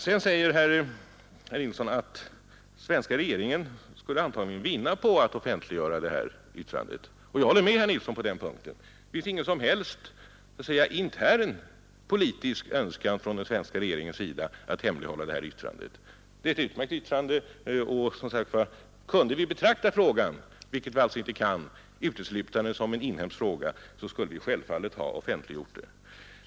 Herr Nilsson sade att den svenska regeringen antagligen skulle vinna på att offentliggöra det här yttrandet, och jag håller med herr Nilsson på den punkten. Det finns ingen som helst så att säga intern politisk önskan från den svenska regeringens sida att hemlighålla det här yttrandet. Det är ett utmärkt yttrande. Kunde vi betrakta frågan, vilket vi alltså inte kan, uteslutande som en inhemsk fråga, så skulle vi självfallet ha offentliggjort yttrandet.